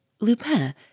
Lupin